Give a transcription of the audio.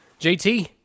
JT